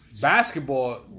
basketball